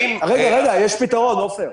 רגע, יש פתרון, עפר.